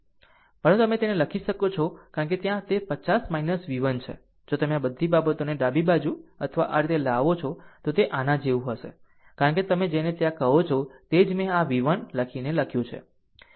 પરંતુ તમે તેને લખી શકો છો કારણ કે ત્યાં તે 50 v1 છે જો તમે આ બધી બાબતોને ડાબી બાજુ આ રીતે લાવો છો તો તે આના જેવું હશે કારણ કે તમે જેને ત્યાં કહો છો તે જ મેં આ v 1 લખીને લખ્યું છે